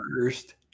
first